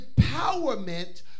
empowerment